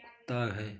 कुत्ता है